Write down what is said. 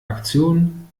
aktion